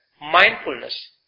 mindfulness